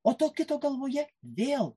o to kito galvoje vėl